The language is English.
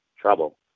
trouble